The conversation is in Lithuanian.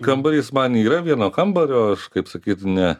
kambarys man yra vieno kambario aš kaip sakyt ne